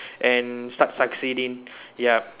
and start succeeding ya